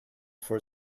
for